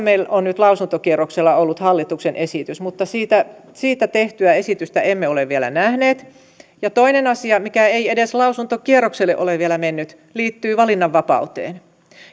meillä on nyt lausuntokierroksella ollut hallituksen esitys mutta siitä siitä tehtyä esitystä emme ole vielä nähneet toinen asia mikä ei edes lausuntokierrokselle ole vielä mennyt liittyy valinnanvapauteen